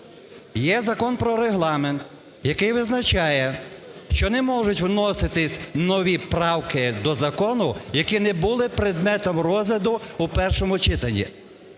Є Закон про Регламент, який визначає, що не можуть вноситись нові правки до закону, які не були предметом розгляду у першому читанні.